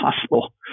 possible